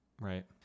right